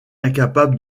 incapable